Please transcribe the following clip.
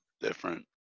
different